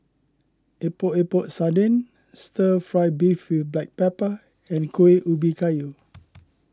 Epok Epok Sardin Stir Fry Beef with Black Pepper and Kuih Ubi Kayu